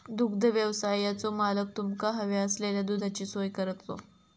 दुग्धव्यवसायाचो मालक तुमका हव्या असलेल्या दुधाची सोय करतलो